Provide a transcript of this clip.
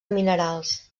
minerals